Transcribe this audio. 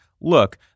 look